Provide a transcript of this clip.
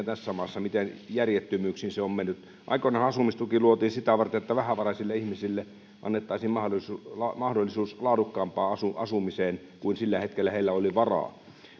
tässä maassa miten järjettömyyksiin se on mennyt aikoinaanhan asumistuki luotiin sitä varten että vähävaraisille ihmisille annettaisiin mahdollisuus laadukkaampaan asumiseen kuin sillä hetkellä heillä oli varaa